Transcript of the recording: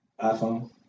iPhone